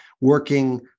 working